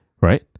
right